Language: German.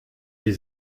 sie